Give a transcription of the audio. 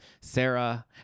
Sarah